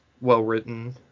well-written